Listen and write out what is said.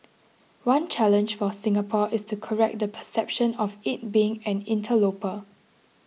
one challenge for Singapore is to correct the perception of it being an interloper